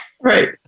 Right